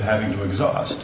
having to exhaust